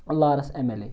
لارَس اٮ۪م اٮ۪ل اے